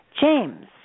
James